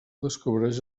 descobreix